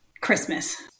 Christmas